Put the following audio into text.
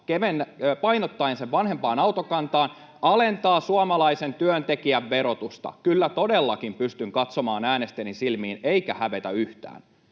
painottaen sen vanhempaan autokantaan, [Anne Kalmarin välihuuto] alentaa suomalaisen työntekijän verotusta. Kyllä todellakin pystyn katsomaan äänestäjiäni silmiin, eikä hävetä yhtään,